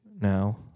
now